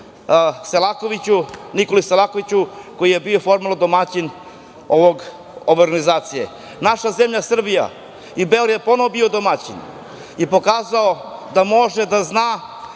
Nikoli Selakoviću koji je bio formalno domaćin ove organizacije. Naša zemlja Srbija i Beograd je ponovo bio domaćin i pokazao da može, da zna